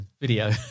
video